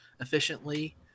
efficiently